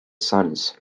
suns